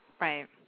Right